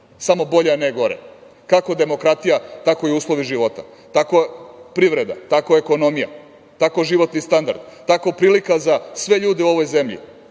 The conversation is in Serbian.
Samo bolje, a ne gore, kako demokratija, tako i uslovi života, tako privreda, tako ekonomija, tako životni standard, tako prilika za sve ljude u ovoj zemlji